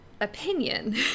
opinion